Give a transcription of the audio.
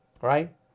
Right